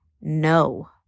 No